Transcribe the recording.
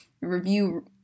review